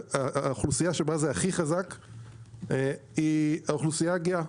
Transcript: האוכלוסייה שבה זה הכי חזק היא האוכלוסייה הגאה.